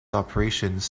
operations